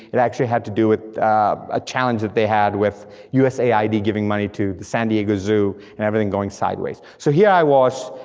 it actually had to do with a challenge that they had with usa id giving money to the san diego zoo, and everything going sideways. so here i was,